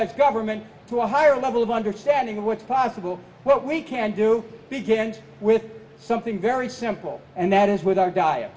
as government to a higher level of understanding of what's possible what we can do begins with something very simple and that is with our diet